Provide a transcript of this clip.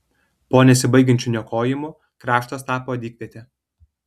po nesibaigiančių niokojimų kraštas tapo dykviete